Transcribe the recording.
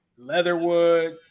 Leatherwood